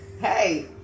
hey